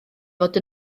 fod